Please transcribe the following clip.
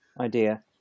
idea